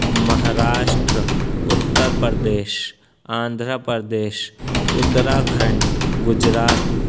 Maharashtra Uttar Pradesh Andhra Pradesh Uttarakhand Gujarat